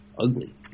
ugly